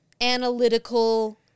analytical